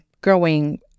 Growing